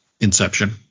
Inception